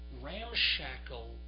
ramshackle